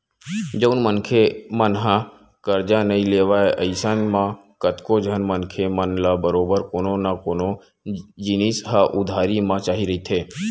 जउन मनखे मन ह करजा नइ लेवय अइसन म कतको झन मनखे मन ल बरोबर कोनो न कोनो जिनिस ह उधारी म चाही रहिथे